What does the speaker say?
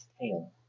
tail